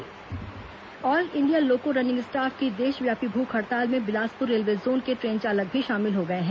train चालक हड़ताल all India loco running staff की देशव्यापी भूख हड़ताल में बिलासपुर रेलवे जोन के ट्रेन चालक भी शामिल हो गए हैं